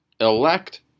Elect